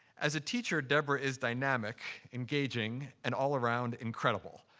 as a teacher, deborah is dynamic, engaging, and all-around incredible.